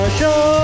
show